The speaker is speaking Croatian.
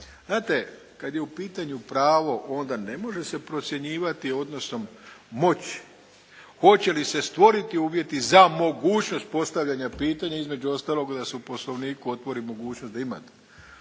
Znate, kad je u pitanju pravo onda ne može se procjenjivati odnosom moći, hoće li se stvoriti uvjeti za mogućnost postavljanja pitanja između ostalog da se u Poslovniku otvori mogućnost da imate